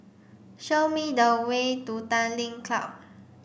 show me the way to Tanglin Club